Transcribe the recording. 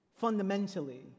fundamentally